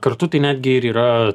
kartu tai netgi ir yra